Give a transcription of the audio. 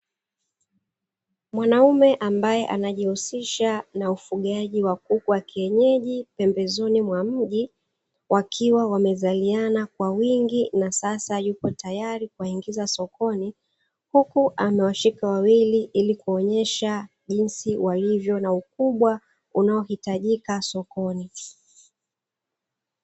Mwanaume ambaye anajihusisha na ufugaji wa kuku wa kienyeji pembezoni mwa mji, wakiwa wamezaliana kwa wingi na sasa yupo tayari kuwaingiza sokoni. Huku amewashika wawili ili kuonyesha jinsi walivyo na ukubwa unao hitajika sokoni.